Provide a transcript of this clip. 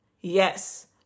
Yes